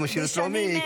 כמו שירות לאומי,